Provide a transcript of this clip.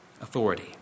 authority